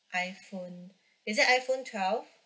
iphone is it iphone twelve